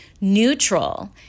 neutral